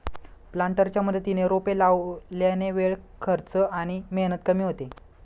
प्लांटरच्या मदतीने रोपे लावल्याने वेळ, खर्च आणि मेहनत कमी होते